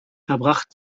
erbracht